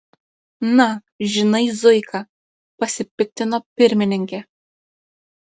na žinai zuika pasipiktino pirmininkė